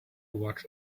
watch